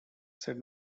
said